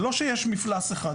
זה לא שיש מפלס אחד.